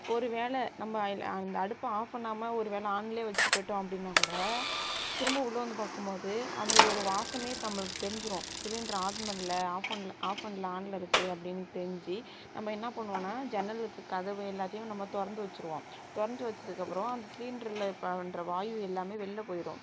ஒரு வேளை நம்ம அந்த அடுப்பை ஆஃப் பண்ணாமல் ஒரு வேளை ஆன்லேயே வச்சுட்டு போயிட்டோம் அப்படின்னா கூட திரும்ப உள்ளே வந்து பார்க்கும்போது அந்த ஒரு வாசமே நம்மளுக்கு தெரிஞ்சுரும் சிலிண்டரை ஆன் பண்ணல ஆஃப் பண் ஆஃப் பண்ணல ஆனில் இருக்குது அப்படின்னு தெரிஞ்சு நம்ம என்னா பண்ணுவோம்னா ஜன்னல் கதவு எல்லாத்தையுமே நம்ம திறந்து வச்சுருவோம் திறந்து வச்சதுக்கப்புறம் அந்த சிலிண்டரில் வாயு எல்லாமே வெளில போயிடும்